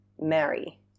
marry